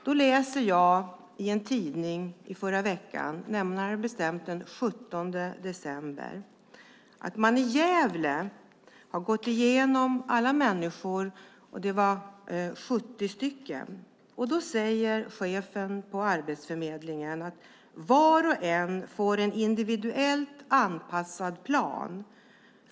Jag läser då i en tidning från förra veckan, närmare bestämt den 17 december, att man i Gävle har gått igenom alla människor, 70 stycken, och att chefen på Arbetsförmedlingen säger: "Var och en får en individuellt anpassad plan.